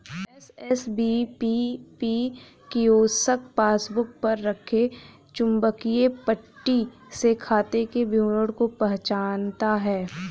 SSPBP kiosk passbook पर रखे चुंबकीय पट्टी से खाते के विवरण को पहचानता है